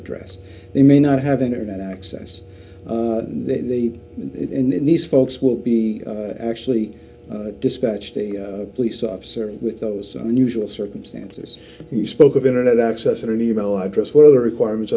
address they may not have internet access they in these folks will be actually dispatched a police officer with those unusual circumstances he spoke of internet access in an e mail address what other requirements